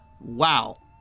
wow